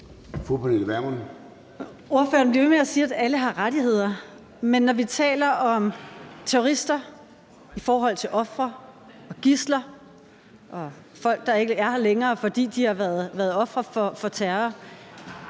Pernille Vermund (LA): Ordføreren bliver ved med at sige, at alle har rettigheder, men når vi taler om terrorister i forhold til ofre, gidsler og folk, der ikke er her længere, fordi de har været ofre for terror,